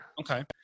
Okay